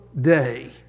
day